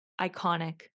Iconic